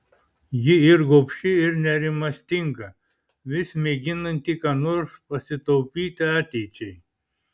ji ir gobši ir nerimastinga vis mėginanti ką nors pasitaupyti ateičiai